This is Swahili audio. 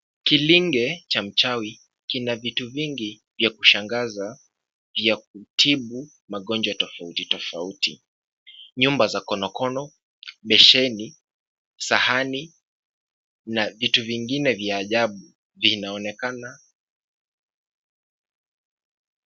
Kilinge cha mchawi kina vitu vingi vya kushangaza vya kutibu magonjwa tofauti tofauti. Nyumba za konokono, besheni, sahani na vitu vingine vya ajabu vinaonekana.